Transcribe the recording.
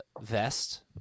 vest